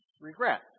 regret